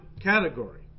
category